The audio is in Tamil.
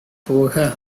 போக